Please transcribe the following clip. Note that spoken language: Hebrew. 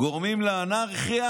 גורמים לאנרכיה,